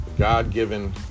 God-given